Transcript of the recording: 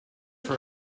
sur